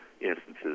Instances